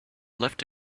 left